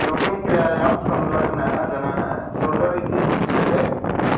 shooting क्रियायां संलग्नः जनः सूटर् इति उच्यते